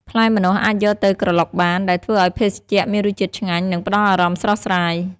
ផ្លែម្នាស់អាចយកទៅក្រឡុកបាន ដែលធ្វើឲ្យភេសជ្ជៈមានរសជាតិឆ្ងាញ់ និងផ្តល់អារម្មណ៍ស្រស់ស្រាយ។